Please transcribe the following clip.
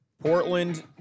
Portland